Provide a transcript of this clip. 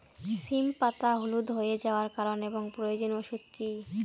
সিম পাতা হলুদ হয়ে যাওয়ার কারণ এবং প্রয়োজনীয় ওষুধ কি?